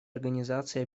организации